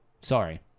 Sorry